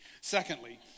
Secondly